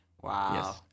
wow